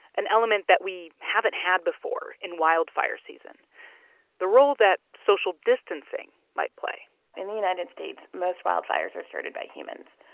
an element that we haven't had before in wildfire season the role that social distancing might play in the united states, most wildfires are started by humans.